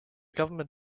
government